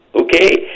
okay